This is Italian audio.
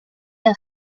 hat